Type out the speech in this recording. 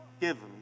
given